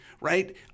right